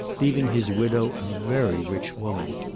leaving his widow a very rich woman.